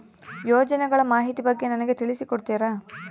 ಯೋಜನೆಗಳ ಮಾಹಿತಿ ಬಗ್ಗೆ ನನಗೆ ತಿಳಿಸಿ ಕೊಡ್ತೇರಾ?